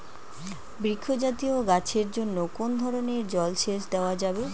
বৃক্ষ জাতীয় গাছের জন্য কোন ধরণের জল সেচ দেওয়া যাবে?